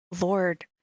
Lord